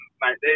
mate